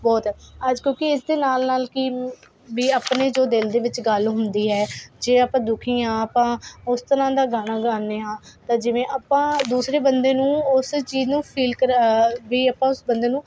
ਬਹੁਤ ਹੈ ਅੱਜ ਕਿਉਂਕਿ ਇਸ ਦੇ ਨਾਲ ਨਾਲ ਕੀ ਵੀ ਆਪਣੇ ਜੋ ਦਿਲ ਦੇ ਵਿੱਚ ਗੱਲ ਹੁੰਦੀ ਹੈ ਜੇ ਆਪਾਂ ਦੁਖੀ ਹਾਂ ਆਪਾਂ ਉਸ ਤਰ੍ਹਾਂ ਦਾ ਗਾਣਾ ਗਾਂਦੇ ਹਾਂ ਤਾਂ ਜਿਵੇਂ ਆਪਾਂ ਦੂਸਰੇ ਬੰਦੇ ਨੂੰ ਉਸ ਚੀਜ਼ ਨੂੰ ਫੀਲ ਕਰਾ ਵੀ ਆਪਾਂ ਉਸ ਬੰਦੇ ਨੂੰ